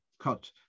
cut